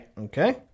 Okay